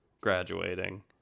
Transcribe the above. graduating